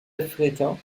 africain